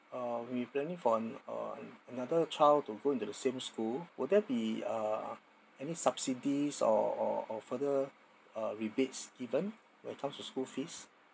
uh we're planning for um another child to go into the same school would there be uh any subsidies or or or further uh rebates given when it comes to school fees